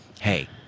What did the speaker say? hey